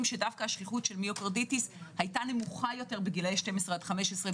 שהשכיחות של מיוקרדיטיס היתה נמוכה יותר בהשוואה